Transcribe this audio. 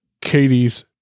Katie's